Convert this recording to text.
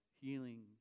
healing